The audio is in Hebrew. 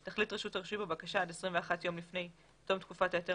תחליט רשות הרישוי בבקשה עד 21 יום לפני תום תקופת ההיתר